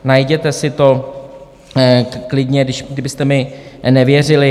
Najděte si to klidně, kdybyste mi nevěřili.